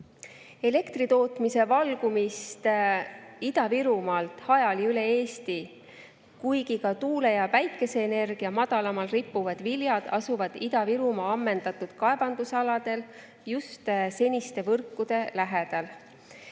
elektritootmise valgumist Ida-Virumaalt hajali üle Eesti, kuigi ka tuule‑ ja päikeseenergia madalamal rippuvad viljad asuvad Ida-Virumaa ammendatud kaevandusaladel, just seniste võrkude lähedal. Ma